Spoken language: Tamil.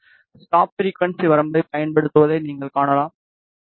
ஸ்டாப் ஃபிரிக்குவன்ஸி வரம்பைப் பயன்படுத்துவதை நீங்கள் காணலாம் 1